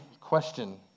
question